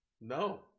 No